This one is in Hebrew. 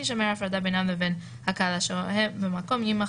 תישמר הפרדה בינם לבין הקהל השוהה במקום״ יימחקו.